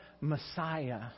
Messiah